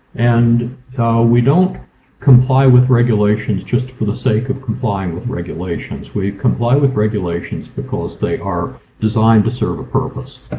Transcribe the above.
and so we don't comply with regulations just for the sake of complying with regulations. we comply with regulations because they are designed to serve a purpose.